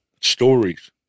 stories